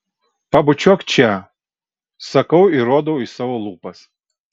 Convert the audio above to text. pabučiuok čia sakau ir rodau į savo lūpas